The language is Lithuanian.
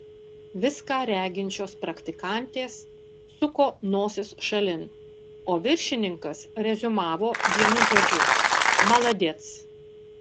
viską reginčios praktikantės suko nosis šalin o viršininkas reziumavo vienu žodžiu maladec